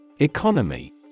economy